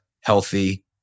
healthy